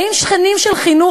האם שנים של חינוך,